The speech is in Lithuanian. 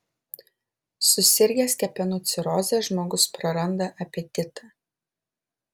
susirgęs kepenų ciroze žmogus praranda apetitą